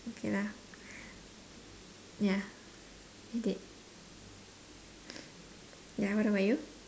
okay lah ya it did ya what about you